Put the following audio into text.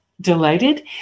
delighted